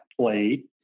played